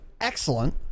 excellent